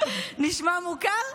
נשמע מוכר?